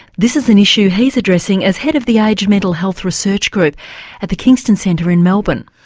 this is an issue he's addressing as head of the aged mental health research group at the kingston centre in melbourne.